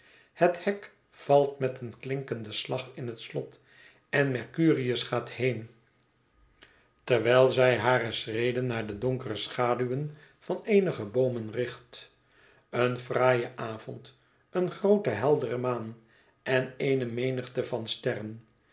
het hek valt met een klinkenden slag in het slot en mercurius gaat heen terwijl zij het verlaten huis hare schreden naar de donkere schaduwen van eenige boomen richt een fraaie avond eene groote heldere maan en eene menigte van sterren